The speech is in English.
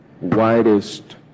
Widest